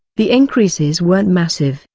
the increases weren't massive,